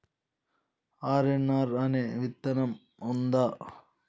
RNR అనే విత్తనం ఉందా?